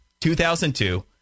2002